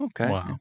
Okay